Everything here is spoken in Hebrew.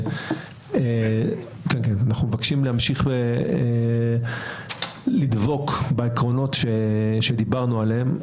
אנחנו מבקשים להמשיך לדבוק בעקרונות שדיברנו עליהם.